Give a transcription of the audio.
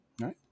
right